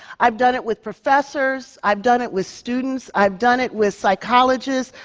i've done it with professors, i've done it with students. i've done it with psychologists,